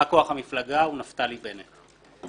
בא כוח המפלגה הוא נפתלי בנט.